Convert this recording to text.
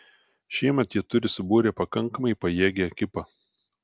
šiemet jie turi subūrę pakankamai pajėgią ekipą